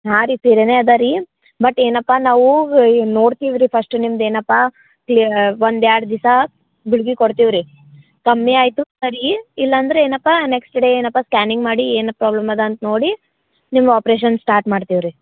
ಹಾಂ ರೀ ಸಿರೇನೇ ಅದಾ ರೀ ಬಟ್ ಏನಪ್ಪ ನಾವು ನೋಡ್ತಿವ್ರಿ ಫಸ್ಟು ನಿಮ್ಮದು ಏನಪ್ಪ ಒಂದು ಎರಡು ದಿವಸ ಗುಳಿಗೆ ಕೊಡ್ತೀವಿ ರೀ ಕಮ್ಮಿ ಆಯಿತು ಸರಿ ಇಲ್ಲಾಂದರೆ ಏನಪ್ಪ ನೆಕ್ಸ್ಟ್ ಡೇ ಏನಪ್ಪ ಸ್ಕ್ಯಾನಿಂಗ್ ಮಾಡಿ ಏನು ಪ್ರಾಬ್ಲಮ್ ಅದ ಅಂತ್ ನೋಡಿ ನಿಮ್ಮ ಆಪರೇಷನ್ ಸ್ಟಾರ್ಟ್ ಮಾಡ್ತೀವಿ ರೀ